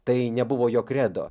tai nebuvo jo kredo